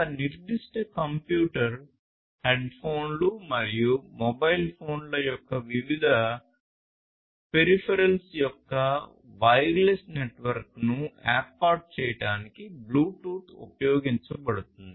ఒక నిర్దిష్ట కంప్యూటర్ హెడ్ఫోన్లు మరియు మొబైల్ ఫోన్ల యొక్క వివిధ పెరిఫెరల్స్ యొక్క వైర్లెస్ నెట్వర్క్ను ఏర్పాటు చేయడానికి బ్లూటూత్ ఉపయోగించబడుతుంది